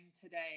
today